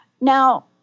Now